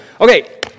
Okay